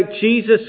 Jesus